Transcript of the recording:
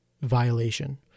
violation